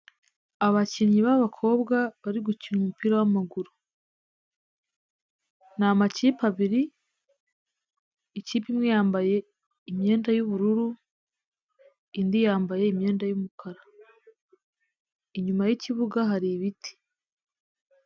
Abakinnyi b'abakobwa bari gukina umupira w'amaguru. Ni amakipe abiri, ikipe imwe yambaye imyenda y'ubururu, indi yambaye imyenda y'umukara. Inyuma y'ikibuga hari ibiti.